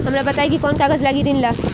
हमरा बताई कि कौन कागज लागी ऋण ला?